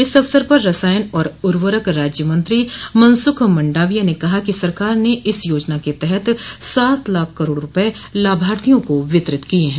इस अवसर पर रसायन और उर्वरक राज्यमंत्री मनसूख मंडाविया ने कहा कि सरकार ने इस योजना के तहत सात लाख करोड़ रूपये लाभार्थियों को वितरित किये हैं